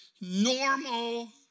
normal